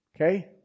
Okay